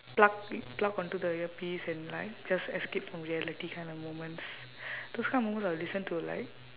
plug plug onto the earpiece and like just escape from reality kind of moments those kind of moments I will listen to like